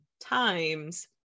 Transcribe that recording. times